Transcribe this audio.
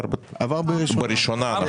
עבר בראשונה.